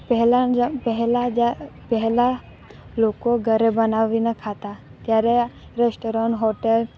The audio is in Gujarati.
પહેલા પહેલા લોકો ઘરે બનાવીને ખાતા ત્યારે રેસ્ટોરેણ હોટલ